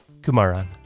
Kumaran